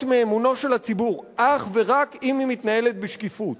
מאמונו של הציבור אך ורק אם היא מתנהלת בשקיפות.